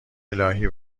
االهی